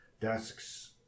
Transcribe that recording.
desks